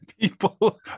People